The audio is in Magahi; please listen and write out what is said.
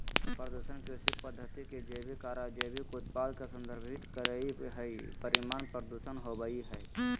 प्रदूषण कृषि पद्धति के जैविक आर अजैविक उत्पाद के संदर्भित करई हई, परिणाम प्रदूषण होवई हई